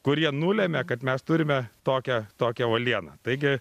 kurie nulemė kad mes turime tokią tokią uolieną taigi